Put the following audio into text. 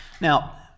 Now